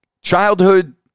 childhood